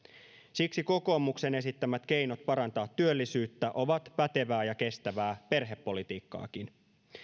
siksi kokoomuksen esittämät keinot parantaa työllisyyttä ovat pätevää ja kestävää perhepolitiikkaakin